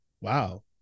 wow